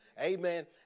Amen